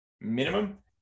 minimum